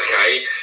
Okay